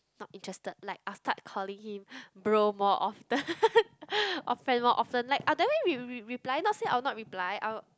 not interested like I will start calling him bro more often or friend more often like I'll definitely reply not said I will not reply I will